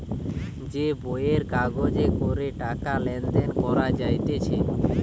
যে বইয়ের কাগজে করে টাকা লেনদেন করা যাইতেছে